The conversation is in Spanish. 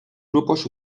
grupos